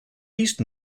east